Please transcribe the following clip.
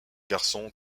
garçon